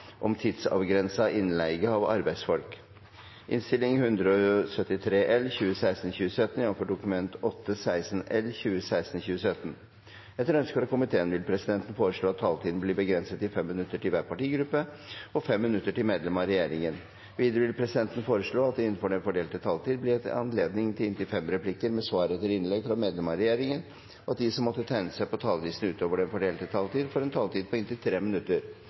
regjeringen. Videre vil presidenten foreslå at det – innenfor den fordelte taletid – blir gitt anledning til replikkordskifte på inntil fem replikker med svar etter innlegg fra medlemmer av regjeringen, og at de som måtte tegne seg på talerlisten utover den fordelte taletid, får en taletid på inntil 3 minutter.